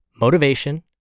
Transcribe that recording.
motivation